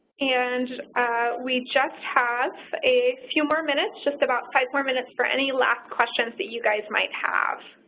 and we just have a few more minutes, just about five more minutes, for any last questions that you guys might have.